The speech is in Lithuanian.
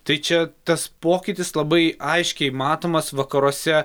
tai čia tas pokytis labai aiškiai matomas vakaruose